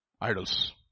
Idols